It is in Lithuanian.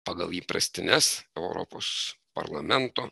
pagal įprastines europos parlamento